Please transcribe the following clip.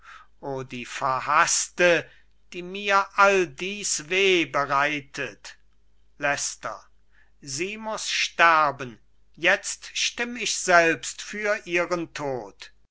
o die verhaßte die mir all dies weh bereitet leicester sie muß sterben jetzt stimm ich selbst für ihren tod